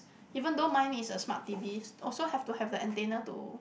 even though mine is a smart T_Vs also have to have the antenna to